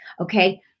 okay